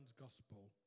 gospel